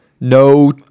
No